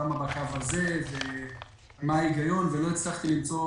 למה בקו הזה ומה ההיגיון ולא הצלחתי למצוא